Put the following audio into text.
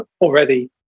already